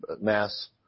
Mass